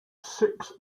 six